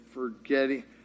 Forgetting